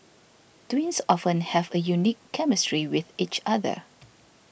twins often have a unique chemistry with each other